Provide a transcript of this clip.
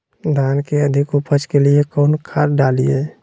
धान के अधिक उपज के लिए कौन खाद डालिय?